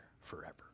forever